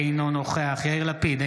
אינו נוכח יאיר לפיד,